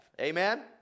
Amen